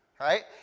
right